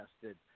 tested